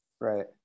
Right